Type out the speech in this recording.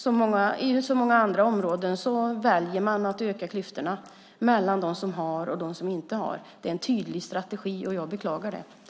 Liksom på så många andra områden väljer man att öka klyftorna mellan dem som har och inte har. Det är en tydlig strategi. Jag beklagar det.